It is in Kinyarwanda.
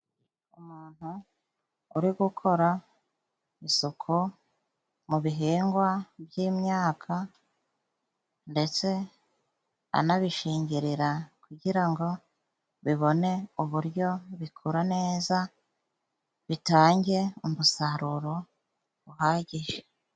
Umuntu uri gukora isuku mu bihingwa by'imyaka ndetse anabishingirira kugira ngo bibone uburyo bikura neza, bitange umusaruro uhagije.